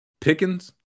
Pickens